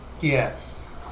Yes